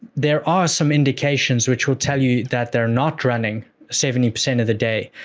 there are some indications which will tell you that they're not running seventy percent of the day,